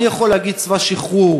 אני יכול להגיד "צבא שחרור",